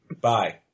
Bye